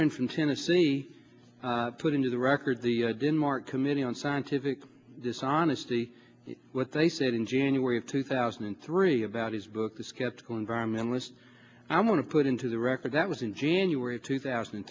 friend from tennessee put into the record the denmark committee on scientific dishonesty what they said in january of two thousand and three about his book the skeptical environmentalist i want to put into the record that was in january of two thousand and